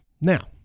now